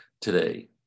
today